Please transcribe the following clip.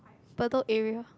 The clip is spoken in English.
Bedok area